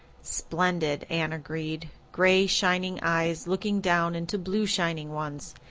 splendid, anne agreed, gray shining eyes looking down into blue shining ones.